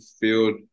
field